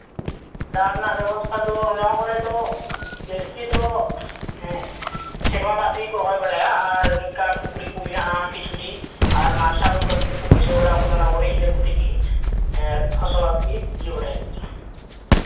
ᱫᱟᱜ ᱨᱮᱱᱟᱜ ᱵᱮᱵᱚᱥᱛᱷᱟ ᱫᱚ ᱱᱚᱣᱟ ᱠᱚᱨᱮ ᱫᱚ ᱡᱟᱹᱥᱛᱤ ᱫᱚ ᱥᱮᱨᱢᱟ ᱫᱟᱜ ᱛᱮᱜᱮ ᱠᱚ ᱨᱚᱦᱚᱭ ᱵᱟᱲᱟᱭᱟ ᱟᱨ ᱱᱚᱝᱠᱟ ᱯᱩᱡᱷᱨᱤ ᱠᱚ ᱢᱮᱱᱟᱜᱼᱟ ᱠᱤᱪᱷᱩᱴᱤ ᱟᱨ ᱢᱟᱨᱥᱟᱞ ᱠᱚ ᱵᱟᱹᱭᱥᱟᱹᱣ ᱵᱟᱲᱟᱣ ᱠᱟᱫᱟ ᱚᱱᱟ ᱠᱚᱨᱮᱜ ᱤᱱᱟᱹ ᱠᱚᱛᱮᱜᱮ ᱯᱷᱚᱥᱚᱞ ᱟᱨᱠᱤ ᱤᱭᱟᱹ ᱵᱟᱲᱟᱭ ᱦᱩᱭᱩᱜ ᱠᱟᱱᱟ